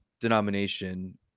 denomination